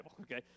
okay